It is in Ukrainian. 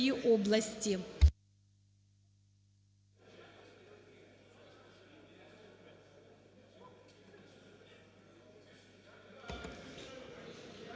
Дякую.